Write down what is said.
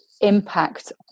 impact